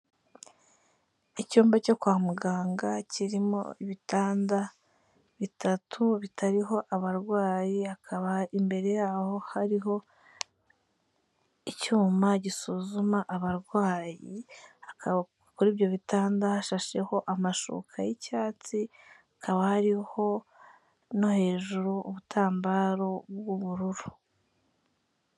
Icyumba cyo kwa muganga kirimo ibitanda bitatu bitariho abarwayi, hakaba imbere y'aho hariho icyuma gisuzuma abarwayi, hakaba kuri ibyo bitanda hashasheho amashuka y'icyatsi, hakaba hariho no hejuru ubutambaro bw'ubururu.